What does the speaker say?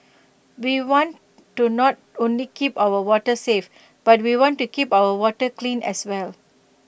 we want to not only keep our waters safe but we want to keep our water clean as well